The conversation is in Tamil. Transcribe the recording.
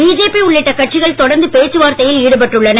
பிஜேபி உள்ளிட்ட கட்சிகள் தொடர்ந்து பேச்சு வார்த்தையில் ஈடுபட்டுள்ளன